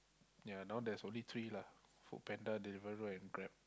ya now there's only three lah Food-Panda Deliveroo and Grab